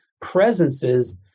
presences